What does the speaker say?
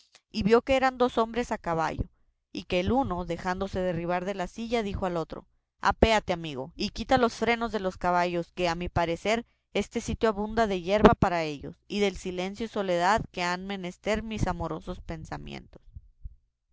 y vio que eran dos hombres a caballo y que el uno dejándose derribar de la silla dijo al otro apéate amigo y quita los frenos a los caballos que a mi parecer este sitio abunda de yerba para ellos y del silencio y soledad que han menester mis amorosos pensamientos